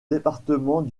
département